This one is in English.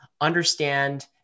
understand